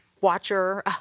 watcher